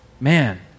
Man